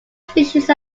species